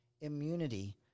immunity